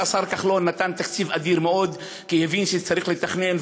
השר כחלון נתן תקציב אדיר ממש כי הבין שצריך לתכנן,